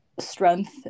strength